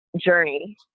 journey